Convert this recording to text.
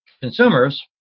consumers